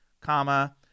comma